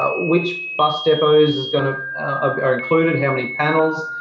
ah which bus depots kind of are included? how many panels?